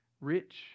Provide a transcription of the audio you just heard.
Rich